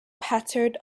pattered